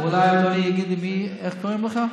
אולי אדוני יגיד לי איך קוראים לך.